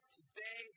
today